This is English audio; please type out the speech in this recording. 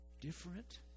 Different